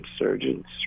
insurgents